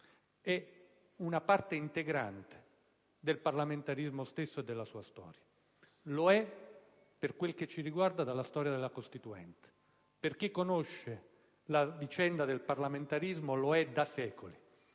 è parte integrante del parlamentarismo stesso e della sua storia. Lo è, per quel che ci riguarda, dalla storia della Costituente. Per chi conosce la vicenda del parlamentarismo lo è da secoli,